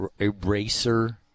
Eraser